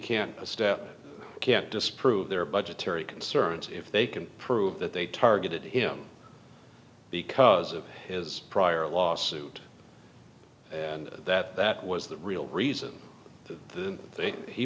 can't step can't disprove their budgetary concerns if they can prove that they targeted him because of his prior lawsuit that that was the real reason he